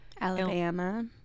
Alabama